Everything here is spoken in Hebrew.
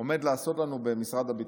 עומד לעשות לנו במשרד הביטחון.